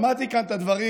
שמעתי כאן את הדברים